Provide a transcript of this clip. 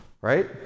right